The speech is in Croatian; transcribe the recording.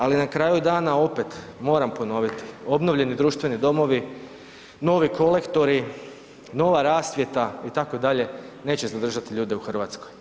Ali na kraju dana opet moram ponoviti, obnovljeni društveni domovi, novi kolektori, nova rasvjeta itd. neće zadržati ljude u Hrvatskoj.